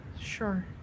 Sure